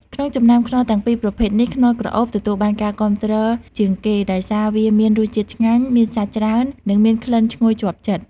ក្នុងចំណោមខ្នុរទាំងពីរប្រភេទនេះ ខ្នុរក្រអូប ទទួលបានការគាំទ្រជាងគេ ដោយសារវាមានរសជាតិឆ្ងាញ់ មានសាច់ច្រើន និងមានក្លិនឈ្ងុយជាប់ចិត្ត។